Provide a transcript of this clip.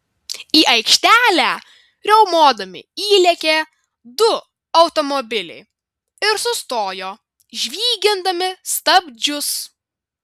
į aikštelę riaumodami įlėkė du automobiliai ir sustojo žvygindami stabdžius